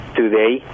today